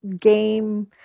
game